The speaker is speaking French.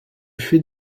fait